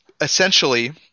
essentially